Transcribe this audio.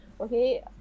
okay